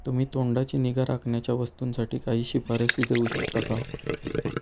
तुम्ही तोंडाची निगा राखण्याच्या वस्तूंसाठी काही शिफारसी देऊ शकता का